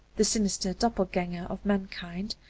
the sinister doppelganger of mankind,